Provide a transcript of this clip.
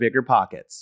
BiggerPockets